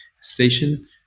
station